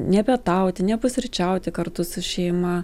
nepietauti nepusryčiauti kartu su šeima